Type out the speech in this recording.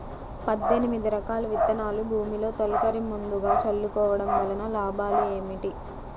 పద్దెనిమిది రకాల విత్తనాలు భూమిలో తొలకరి ముందుగా చల్లుకోవటం వలన లాభాలు ఏమిటి?